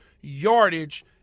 yardage